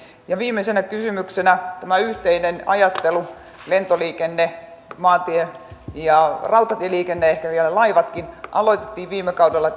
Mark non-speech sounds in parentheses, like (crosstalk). ja viimeisenä kysymyksenä tämä yhteinen ajattelu lentoliikenne maantie ja rautatieliikenne ehkä vielä laivatkin viime kaudella (unintelligible)